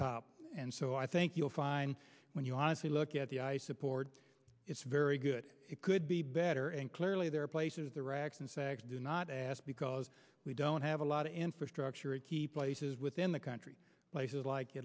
top and so i think you'll find when you honestly look at the i support it's very good it could be better and clearly there are places the rocks in fact do not ask because we don't have a lot of infrastructure a key places within the country places like